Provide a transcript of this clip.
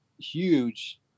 huge